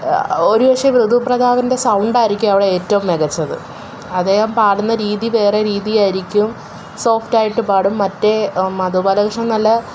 ഒരുപക്ഷേ വിധു പ്രതാപിൻ്റെ സൗണ്ടായിരിക്കും അവിടെ ഏറ്റവും മികച്ചത് അദ്ദേഹം പാടുന്ന രീതി വേറെ രീതിയായിരിക്കും സോഫ്റ്റ് ആയിട്ട് പാടും മറ്റേ മധു ബാലകൃഷണൻ നല്ല